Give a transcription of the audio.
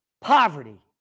poverty